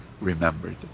remembered